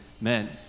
Amen